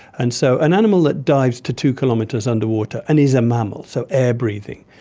and so an animal that dives to two kilometres underwater and is a mammal, so air breathing,